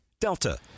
Delta